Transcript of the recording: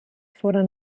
foren